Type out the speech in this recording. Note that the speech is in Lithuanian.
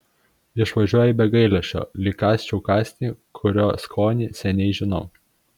išvažiuoju be gailesčio lyg kąsčiau kąsnį kurio skonį seniai žinau